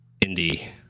indie